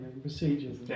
Procedures